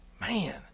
Man